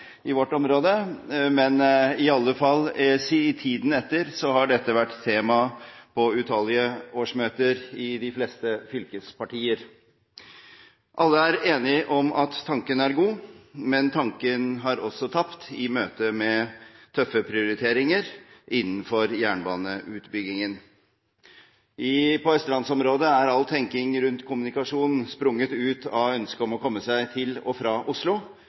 i vårt område. Men i alle fall, i tiden etter har dette vært et tema på utallige årsmøter i de fleste fylkespartier. Alle er enige om at tanken er god, men tanken har også tapt i møte med tøffe prioriteringer innenfor jernbaneutbyggingen. I østlandsområdet er all tenking rundt kommunikasjon sprunget ut av ønsket om å komme seg til og fra Oslo.